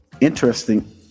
interesting